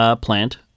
plant